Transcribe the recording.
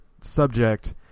subject